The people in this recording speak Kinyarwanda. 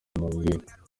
bimubwiye